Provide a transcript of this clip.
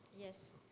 Yes